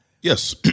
Yes